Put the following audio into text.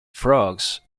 frogs